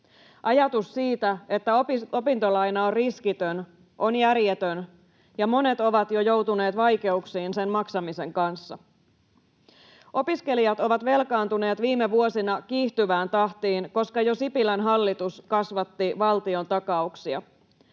Ajatus siitä, että opintolaina on riskitön, on järjetön, ja monet ovat jo joutuneet vaikeuksiin sen maksamisen kanssa. Opiskelijat ovat velkaantuneet viime vuosina kiihtyvään tahtiin, koska jo Sipilän hallitus kasvatti valtiontakauksia.